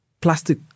plastic